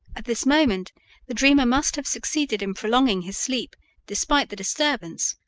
at this moment the dreamer must have succeeded in prolonging his sleep despite the disturbance,